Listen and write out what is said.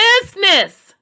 business